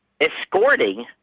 escorting